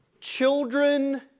children